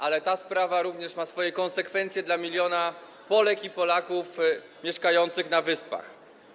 Ale ta sprawa również ma swoje konsekwencje dla miliona Polek i Polaków mieszkających na wyspach.